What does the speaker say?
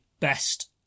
best